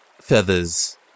feathers